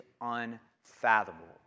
unfathomable